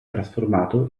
trasformato